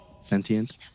Sentient